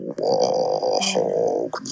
walk